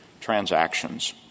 transactions